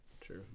True